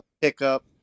pickup